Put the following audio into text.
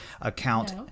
account